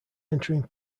entering